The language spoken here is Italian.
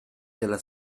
della